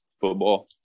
football